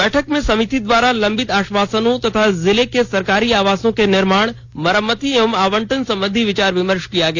बैठक में समिति द्वारा लंबित आश्वासनों तथा जिले के सरकारी आवासों के निर्माण मरम्मति एवं आवंटन संबंधी विचार विमर्श किया गया